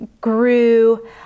grew